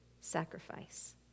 sacrifice